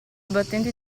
battente